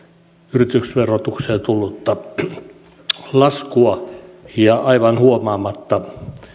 yritysverotukseen tullutta laskua ja aivan huomaamatta